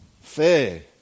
Fair